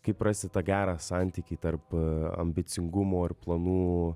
kaip rasti tą gerą santykį tarp ambicingumo ir planų